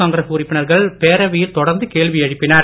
காங்கிரஸ் உறுப்பினர்கள் பேரவையில் தொடர்ந்து கேள்வி எழுப்பினர்